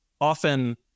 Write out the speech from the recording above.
often